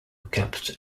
kept